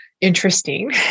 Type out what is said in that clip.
interesting